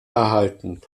erhalten